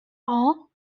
all